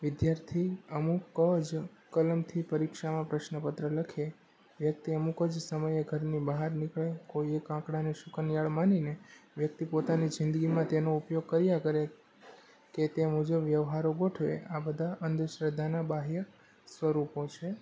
વિદ્યાર્થી અમુક જ કલમથી પરીક્ષામાં પ્રશ્નપત્ર લખે વ્યક્તિ અમુક જ સમયે ઘરની બહાર નીકળે કોઈ એક આંકડાને શુકનિયાળ માનીને વ્યક્તિ પોતાની જિંદગીમાં તેનો ઉપયોગ કર્યા કરે કે તે મુજબ વ્યવહારો ગોઠવે આ બધા અંધશ્રદ્ધાના બાહ્ય સ્વરૂપો છે